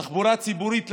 תחבורה ציבורית,